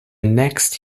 next